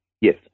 Yes